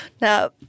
Now